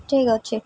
ଠିକ୍ ଅଛି